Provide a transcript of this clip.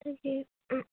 গতিকে